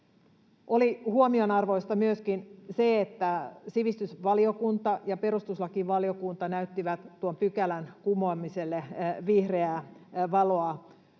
Huomionarvoista oli myöskin se, että sivistysvaliokunta ja perustuslakivaliokunta näyttivät tuon pykälän kumoamiselle vihreää valoa.